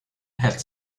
had